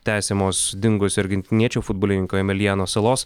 tęsiamos dingusio argentiniečio futbolininko emeliano salos